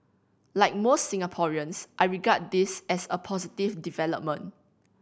like most Singaporeans I regard this as a positive development